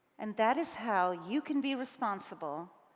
and that is how you can be responsible,